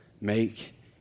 make